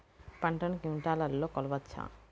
పంటను క్వింటాల్లలో కొలవచ్చా?